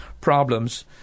problems